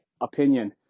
opinion